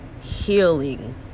healing